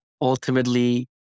ultimately